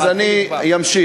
אז אני ממשיך.